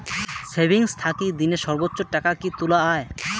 Savings থাকি দিনে সর্বোচ্চ টাকা কি তুলা য়ায়?